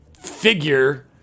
figure